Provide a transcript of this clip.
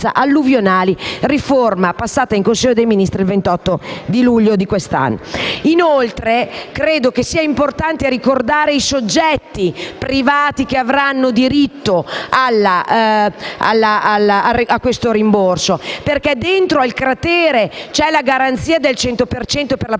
alluvionale, riforma passata in Consiglio dei ministri il 28 di luglio di quest'anno. Inoltre, credo sia importante ricordare i soggetti privati che avranno diritto a questo rimborso, perché dentro al cratere c'è la garanzia del 100 per